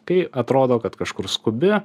kai atrodo kad kažkur skubi